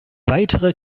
weitere